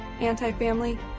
anti-family